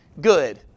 good